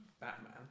Batman